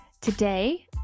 Today